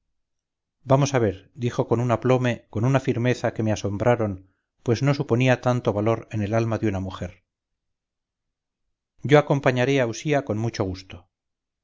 vamos a ver dijo con un aplome con una firmeza que me asombraron pues no suponía tanto valor en el alma de una mujer yo acompañaré a usía con mucho gusto